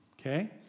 Okay